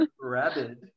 Rabbit